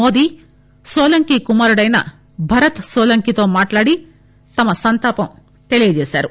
మోదీ నోలంకీ కుమారుడైన భరత్ సోలంకీతో మాట్టాడి తమ సంతాపం తెలియచేశారు